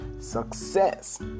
success